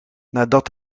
nadat